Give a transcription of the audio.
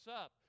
up